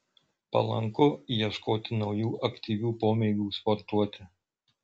palanku ieškoti naujų aktyvių pomėgių sportuoti